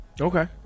Okay